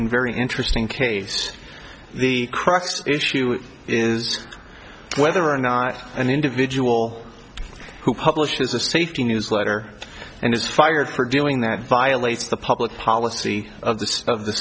and very interesting case the crux issue is whether or not an individual who publishes a safety newsletter and is fired for doing that violates the public policy of the